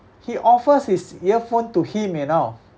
he offers his earphone to him you know